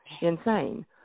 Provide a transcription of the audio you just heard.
insane